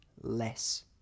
less